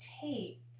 tape